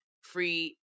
free